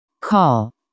call